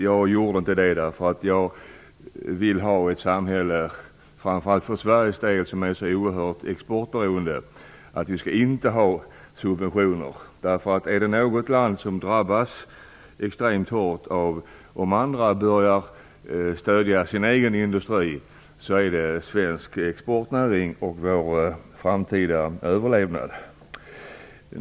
Jag gjorde inte det, därför att jag vill att Sverige, som är så oerhört exportberoende, skall vara ett samhälle utan subventioner. Är det någon som drabbas extremt hårt, om andra börjar stödja sin egen industri, så är det svensk exportnäring och därmed vår framtida överlevnad.